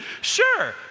Sure